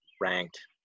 ranked